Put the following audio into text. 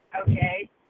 okay